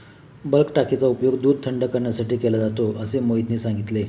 bulk टाकीचा उपयोग दूध थंड करण्यासाठी केला जातो असे मोहितने सांगितले